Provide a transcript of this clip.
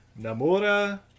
Namora